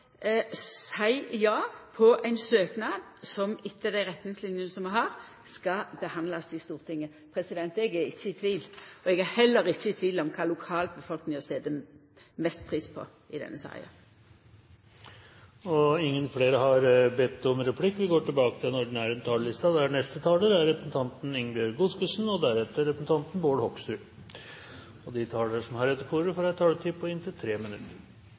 seia ja til ein søknad som etter dei retningslinjene vi har, skal behandlast i Stortinget. Eg er ikkje i tvil, og eg er heller ikkje i tvil om kva lokalbefolkninga set mest pris på i denne saka. Replikkordskiftet er omme. De talere som heretter får ordet, har en taletid på inntil